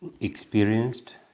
experienced